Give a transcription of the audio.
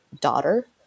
daughter